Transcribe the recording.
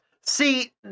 See